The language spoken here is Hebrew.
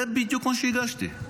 זה בדיוק מה שהגשתי.